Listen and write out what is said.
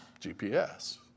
GPS